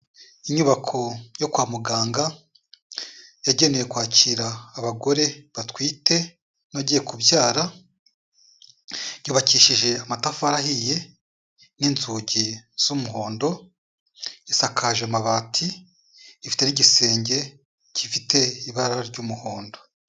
Inyubako yo kwa muganga yagenewe kwakira abagore batwite bagiye kubyara, yubakishije amatafari ahiye n'inzugi z'umuhondo, isakaje amabati, ifite n'igisenge gifite ibara ry'umuhondo.